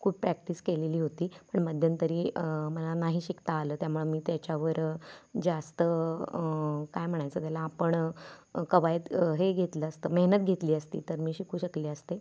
खूप प्रॅक्टिस केलेली होती पण मध्यंतरी मला नाही शिकता आलं त्यामुळं मी त्याच्यावर जास्त काय म्हणायचं त्याला आपण कवायत हे घेतलं असतं मेहनत घेतली असती तर मी शिकू शकले असते